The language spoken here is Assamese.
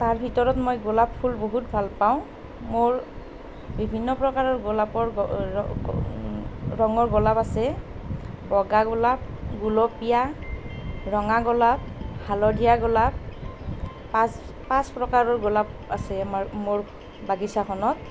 তাৰ ভিতৰত মই গোলাপ ফুল বহুত ভাল পাওঁ মোৰ বিভিন্ন প্ৰকাৰৰ ৰঙৰ গোলাপ ফুল আছে বগা গোলাপ গোলপীয়া ৰঙা গোলাপ হালধীয়া গোলাপ পাঁচ পাঁচ প্ৰকাৰৰ গোলাপ আছে আমাৰ মোৰ বাগিচাখনত